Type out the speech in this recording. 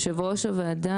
יושב ראש הוועדה,